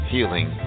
Healing